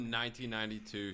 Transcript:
1992